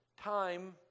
time